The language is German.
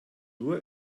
nur